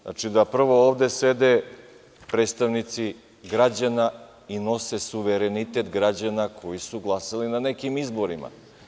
Znači, ovde sede predstavnici građana i nose suverenitet građana koji su glasali na nekim izborima.